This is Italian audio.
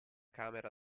camera